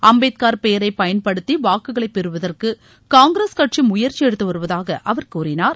அம்பேத்கார் பெயரை பயன்படுத்தி வாக்குகளை பெறுவதற்கு காங்கிரஸ் கட்சி முயற்சி எடுத்துவருவதாக அவர் கூறினார்